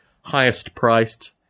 highest-priced